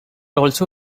also